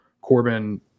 Corbin